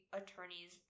attorneys